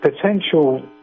potential